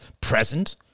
present